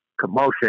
commotion